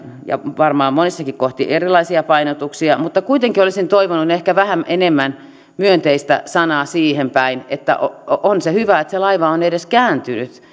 ja varmaan monissakin kohdin erilaisia painotuksia kuitenkin olisin toivonut ehkä vähän enemmän myönteistä sanaa siihen päin että on se hyvä että se laiva on edes kääntynyt